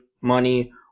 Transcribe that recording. money